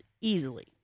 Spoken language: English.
easily